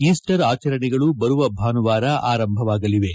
Easter ಆಚರಣೆಗಳು ಬರುವ ಭಾನುವಾರ ಆರಂಭವಾಗಲಿವೆ